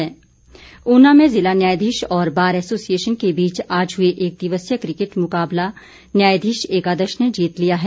cricket Una में जिला न्यायाधीश और बार एसोसिएशन के बीच आज हुए एक दिवसीय क्रिकेट मुकाबला न्यायाधीश एकादश ने जीत लिया है